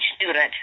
student